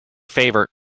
favor